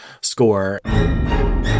score